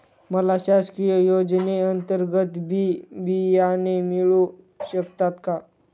मला शासकीय योजने अंतर्गत बी बियाणे मिळू शकतात का?